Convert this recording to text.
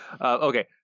Okay